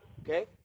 okay